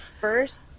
first